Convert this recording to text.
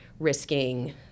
risking